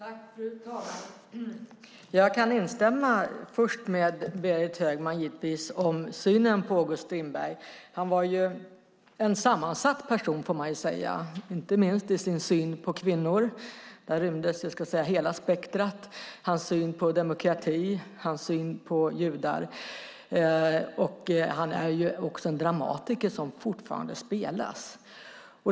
Fru talman! Jag kan först givetvis instämma med Berit Högman om synen på August Strindberg. Han var en sammansatt person, får man säga, inte minst i sin syn på kvinnor. Där rymdes hela spektrat. Man kan också tala om hans syn på demokrati och hans syn på judar. Han är även en dramatiker som fortfarande spelas.